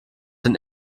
den